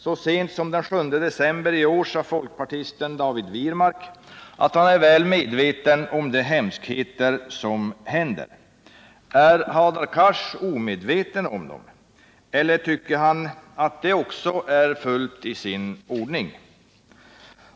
Så sent som den 7 december i år sade folkpartisten David Wirmark att han är väl medveten om de hemskheter som händer. Är Hadar Cars omedveten om dem, eller tycker han att också det är fullt i sin ordning?